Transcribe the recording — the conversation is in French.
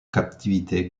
captivité